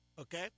okay